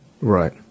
Right